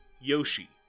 Yoshi